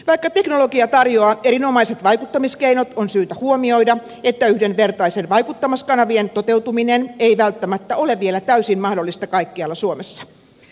vaikka teknologia tarjoaa erinomaiset vaikuttamiskeinot on syytä huomioida että yhdenvertaisten vaikuttamiskanavien toteutuminen ei välttämättä ole vielä täysin mahdollista kaikkialla suomessa